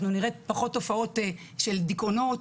אנחנו נראה פחות תופעות של דיכאונות,